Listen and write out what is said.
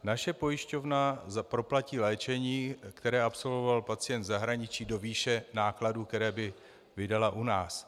Naše pojišťovna proplatí léčení, které absolvoval pacient v zahraničí, do výše nákladů, které by vydala u nás.